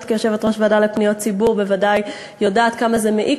את כיושבת-ראש הוועדה לפניות הציבור בוודאי יודעת כמה זה מעיק